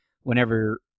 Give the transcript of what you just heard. Whenever